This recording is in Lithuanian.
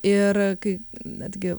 ir kai netgi